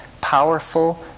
powerful